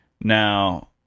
Now